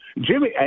Jimmy